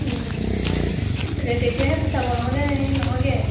তেতিয়াহে পোচাব নহ'লে সেই নহয়গৈ